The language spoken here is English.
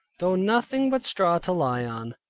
though nothing but straw to lie on.